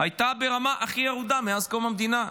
הייתה ברמה הכי ירודה מאז קום המדינה,